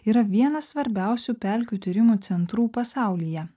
yra vienas svarbiausių pelkių tyrimų centrų pasaulyje